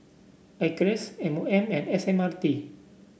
Acres M O M and S M R T